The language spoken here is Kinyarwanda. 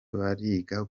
bariga